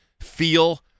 feel